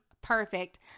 perfect